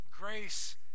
Grace